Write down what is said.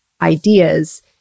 ideas